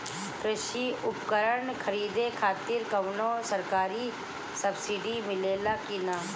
कृषी उपकरण खरीदे खातिर कउनो सरकारी सब्सीडी मिलेला की?